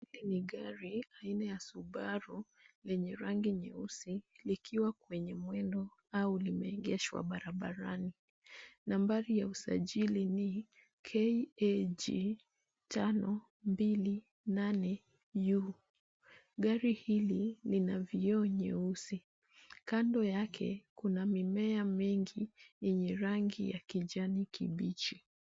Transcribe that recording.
Hili ni gari aina ya subaru, lenye rangi nyeusi, likiwa kwenye mwendo au limeegeshwa barabarani. Nambari ya usajili ni KAG 528U. Gari hili lina vioo nyeusi. Kando yake kuna mimea mingi yenye rangi ya kijani kibichi.